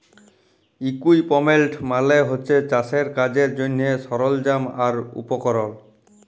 equipment মালে হছে চাষের কাজের জ্যনহে সরল্জাম আর উপকরল